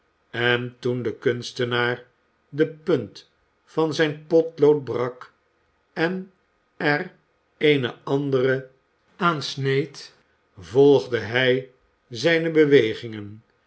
en toen de kunstenaar de punt van zi n potlood brak en er eene andere aan sneed volgde hij zijne bewegingen